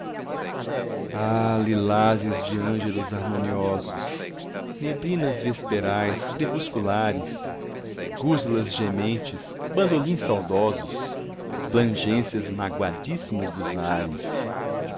lilazes de ângelus harmoniosos neblinas vesperais crepusculares guslas gementes bandolins saudosos plangências magoadíssimas dos ares